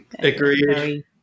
Agreed